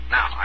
Now